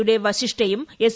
യുടെ വശിഷ്ടയും എസ്